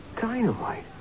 dynamite